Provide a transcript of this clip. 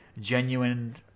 genuine